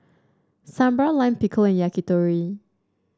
Sambar Lime Pickle and Yakitori